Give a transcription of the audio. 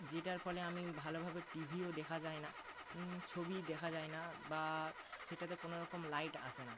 যেটার ফলে আমি ভালোভাবে টি ভিও দেখা যায় না ছবি দেখা যায় না বা সেটাতে কোনোরকম লাইট আসে না